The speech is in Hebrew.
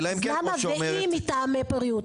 אז למה ואם מטעמי בריאות,